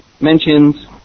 mentions